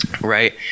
right